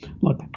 look